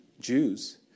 Jews